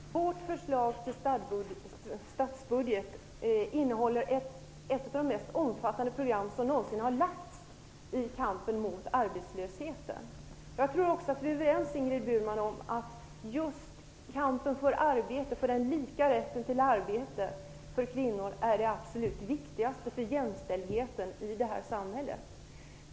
Herr talman! Vårt förslag till statsbudget innehåller ett av de mest omfattande program som någonsin har lagts fram när det gäller kampen mot arbetslösheten. Jag tror, Ingrid Burman, att vi är överens om att just kampen för kvinnors lika rätt till arbete är det absolut viktigaste för jämställdheten i vårt samhälle.